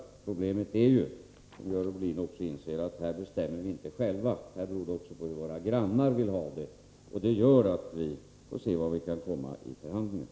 Problemet är ju, som Görel Bohlin också inser, att här bestämmer vi inte själva, utan här beror det också på hur våra grannar vill ha det. Det gör att vi får se vart vi kan komma i förhandlingar.